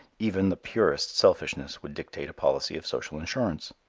even the purest selfishness would dictate a policy of social insurance.